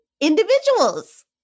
individuals